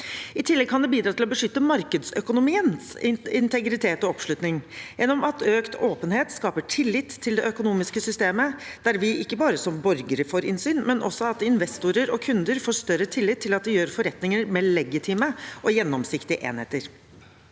I tillegg kan det bidra til å beskytte markedsøkonomiens integritet og oppslutning gjennom at økt åpenhet skaper tillit til det økonomiske systemet, der ikke bare vi som borgere får innsyn, men der også investorer og kunder får større tillit til at de gjør forretninger med legitime og gjennomsiktige enheter.